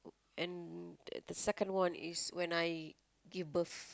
and the the second one is when I give birth